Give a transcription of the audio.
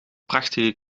prachtige